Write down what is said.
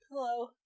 Hello